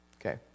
Okay